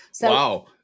Wow